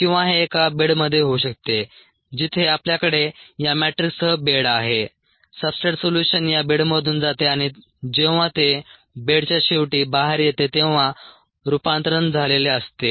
किंवा हे एका बेडमध्ये होऊ शकते जिथे आपल्याकडे या मॅट्रिक्ससह बेड आहे सब्सट्रेट सोल्यूशन या बेडमधून जाते आणि जेव्हा ते बेडच्या शेवटी बाहेर येते तेव्हा रूपांतरण झालेले असते